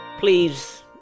Please